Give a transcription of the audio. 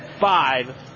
five